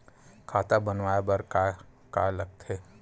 खाता बनवाय बर का का लगथे?